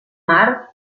mar